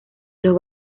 los